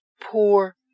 poor